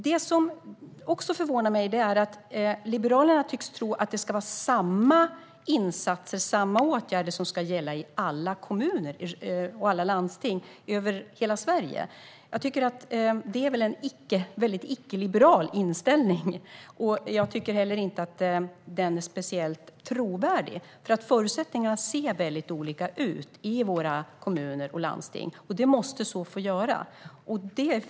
Det som också förvånar mig är att Liberalerna tycks tro att samma insatser och samma åtgärder ska gälla i alla kommuner och i alla landsting över hela Sverige. Det är väl en mycket icke-liberal inställning? Jag tycker inte heller att den är speciellt trovärdig. Förutsättningarna ser nämligen mycket olika ut i våra kommuner och landsting, och det måste de få göra.